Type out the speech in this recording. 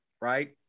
right